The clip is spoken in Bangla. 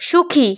সুখী